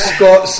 Scott